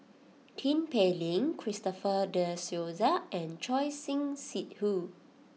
Tin Pei Ling Christopher De Souza and Choor Singh Sidhu